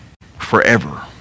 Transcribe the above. forever